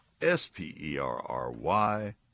S-P-E-R-R-Y